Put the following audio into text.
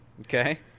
Okay